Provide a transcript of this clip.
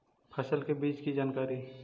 फसल के बीज की जानकारी?